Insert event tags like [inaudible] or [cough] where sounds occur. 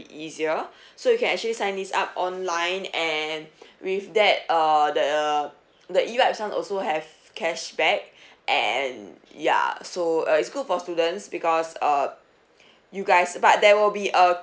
easier [breath] so you can actually sign this up online and [breath] with that uh the [noise] the evibes [one] also have cashback [breath] and ya so uh it's good for students because uh [breath] you guys but there will be a